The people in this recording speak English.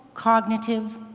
cognitive,